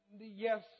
Yes